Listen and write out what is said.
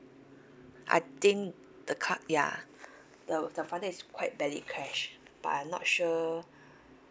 I think the car ya the the frontage is quite badly crashed but I'm not sure